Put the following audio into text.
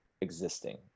existing